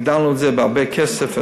הגדלנו את זה בהרבה כסף,